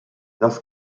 das